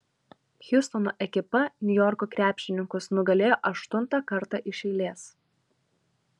hjustono ekipa niujorko krepšininkus nugalėjo aštuntą kartą iš eilės